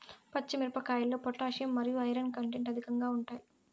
పచ్చి మిరపకాయల్లో పొటాషియం మరియు ఐరన్ కంటెంట్ అధికంగా ఉంటాయి